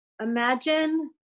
imagine